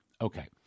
Okay